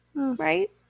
Right